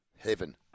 Heaven